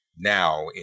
now